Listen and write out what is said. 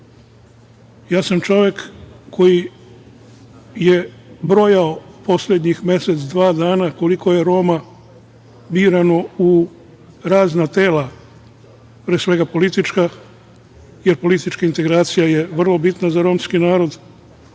sam koji je brojao poslednjih mesec, dva dana koliko je Roma birano u razna tela, pre svega politička, jer politička integracija je vrlo bitna za romski narod